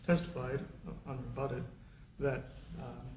testified about it that